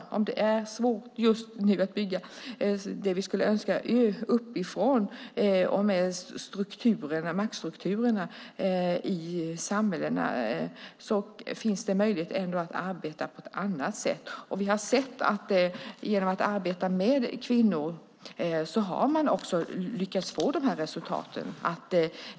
Även om det just nu är svårt att bygga uppifrån, vilket vi önskar vore möjligt, och att arbeta med maktstrukturerna i samhällena finns det ändå möjligheter att arbeta på annat sätt. Vi har sett att man genom att arbeta med kvinnor har lyckats nå resultat.